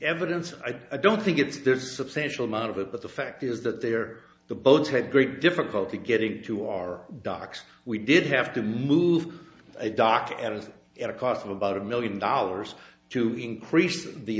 evidence i don't think it's there's a substantial amount of it but the fact is that they're the boats had great difficulty getting to our docks we did have to move a dock and was at a cost of about a million dollars to increase the